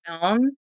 film